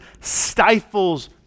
stifles